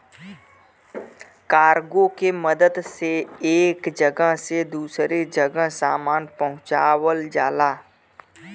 cargo के मदद से एक जगह से दूसरे जगह सामान पहुँचावल जाला